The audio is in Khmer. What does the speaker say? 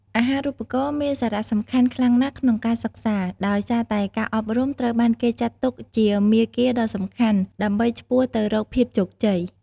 អាហារូបករណ៍មានសារៈសំខាន់ខ្លាំងណាស់ក្នុងការសិក្សា ដោយសារតែការអប់រំត្រូវបានគេចាត់ទុកជាមាគ៌ាដ៏សំខាន់ដើម្បីឆ្ពោះទៅរកភាពជោគជ័យ។